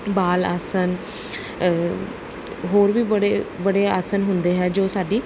ਬਾਲ ਆਸਣ ਹੋਰ ਵੀ ਬੜੇ ਬੜੇ ਆਸਣ ਹੁੰਦੇ ਹੈ ਜੋ ਸਾਡੀ